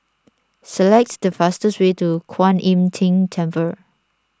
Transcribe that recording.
select the fastest way to Kwan Im Tng Temple